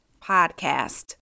podcast